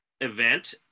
event